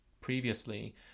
previously